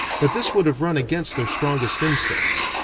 but this would have run against their strongest instincts.